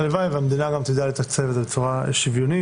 הלוואי והמדינה גם תדע לתקצב את זה בצורה שוויונית,